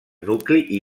nucli